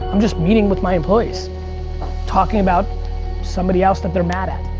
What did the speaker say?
i'm just meeting with my employees talking about somebody else that they're mad at.